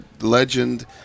legend